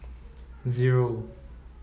zero